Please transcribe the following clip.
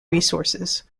resources